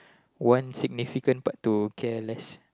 one significant part to careless